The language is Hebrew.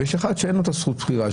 ויש אחד שאין לו זכות בחירה,